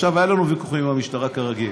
עכשיו, היו לנו ויכוחים עם המשטרה, כרגיל.